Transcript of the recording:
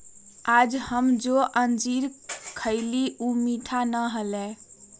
आज हम जो अंजीर खईली ऊ मीठा ना हलय